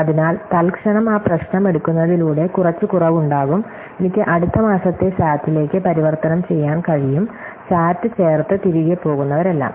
അതിനാൽ തൽക്ഷണം ആ പ്രശ്നം എടുക്കുന്നതിലൂടെ കുറച്ച് കുറവുണ്ടാകും എനിക്ക് അടുത്ത മാസത്തെ SAT ലേക്ക് പരിവർത്തനം ചെയ്യാൻ കഴിയും സാറ്റ് ചേർത്ത് തിരികെ പോകുന്നവരെല്ലാം